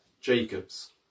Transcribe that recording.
Jacob's